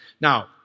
Now